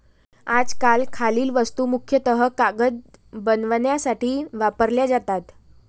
आजकाल खालील वस्तू मुख्यतः कागद बनवण्यासाठी वापरल्या जातात